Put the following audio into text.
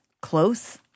close